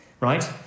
Right